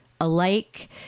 alike